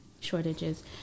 shortages